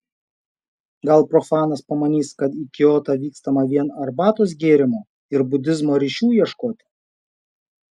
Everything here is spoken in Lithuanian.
gal profanas pamanys kad į kiotą vykstama vien arbatos gėrimo ir budizmo ryšių ieškoti